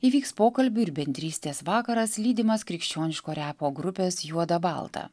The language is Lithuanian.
įvyks pokalbių ir bendrystės vakaras lydimas krikščioniško repo grupės juoda balta